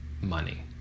money